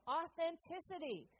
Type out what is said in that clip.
authenticity